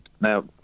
Now